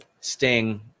Sting